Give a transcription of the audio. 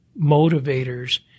motivators